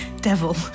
devil